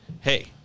hey